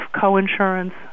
co-insurance